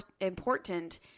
important